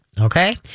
okay